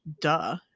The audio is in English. duh